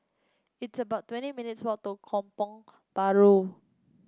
it's about twenty minutes' walk to Kampong Bahru